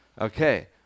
Okay